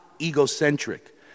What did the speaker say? egocentric